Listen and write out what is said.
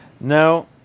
No